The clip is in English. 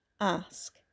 ask